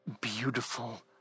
beautiful